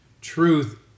Truth